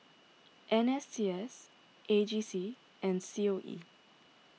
N S C S A G C and C O E